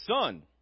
son